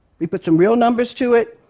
we put some real numbers to it.